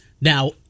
now